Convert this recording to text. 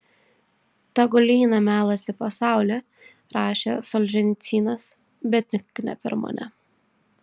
tegul įeina melas į pasaulį rašė solženicynas bet tik ne per mane